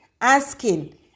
asking